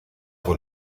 con